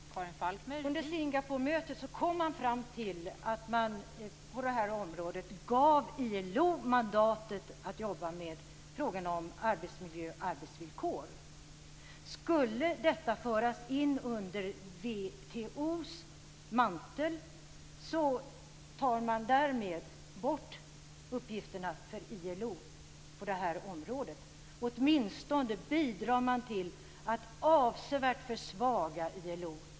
Fru talman! Under Singaporemötet kom man fram till att ge ILO mandatet att jobba med frågor om arbetsmiljö och arbetsvillkor. Skulle detta föras in under WTO:s mantel tar man därmed bort uppgifterna för ILO på det här området; åtminstone bidrar man till att avsevärt försvaga ILO.